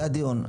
זה הדיון.